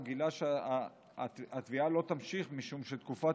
הוא גילה שהתביעה לא תימשך משום שתקופת